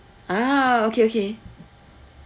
ah okay okay